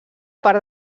part